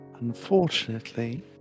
Unfortunately